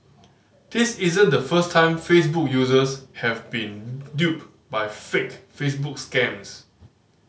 this isn't the first time Facebook users have been duped by fake Facebook scams